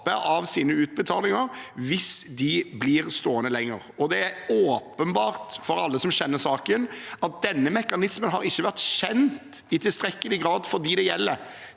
i sine utbetalinger hvis de blir stående lenger i arbeid. Det er åpenbart for alle som kjenner saken, at denne mekanismen ikke har vært kjent i tilstrekkelig grad for dem det gjelder.